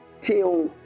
till